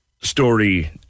story